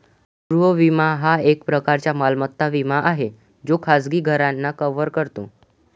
गृह विमा हा एक प्रकारचा मालमत्ता विमा आहे जो खाजगी घरांना कव्हर करतो